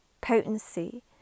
potency